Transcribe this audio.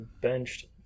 benched